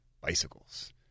Bicycles